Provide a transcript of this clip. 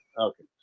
Okay